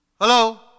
Hello